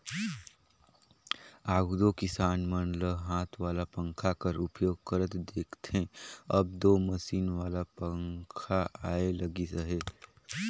आघु दो किसान मन ल हाथ वाला पंखा कर उपयोग करत देखथे, अब दो मसीन वाला पखा आए लगिस अहे